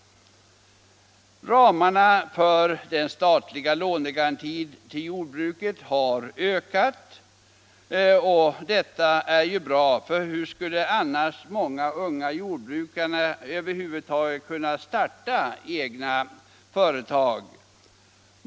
Ramarna för den statliga lånegarantin till jordbruket har ökat, och det är bra — hur skulle annars unga jordbrukare över huvud taget kunna starta som egna företagare?